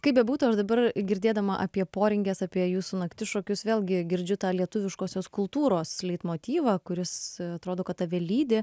kaip bebūtų aš dabar girdėdama apie poringes apie jūsų naktišokius vėlgi girdžiu tą lietuviškosios kultūros leitmotyvą kuris atrodo kad tave lydi